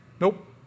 Nope